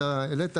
הדיון.